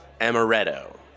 Amaretto